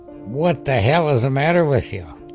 what the hell is the matter with you?